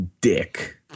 dick